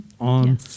on